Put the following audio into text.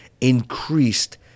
increased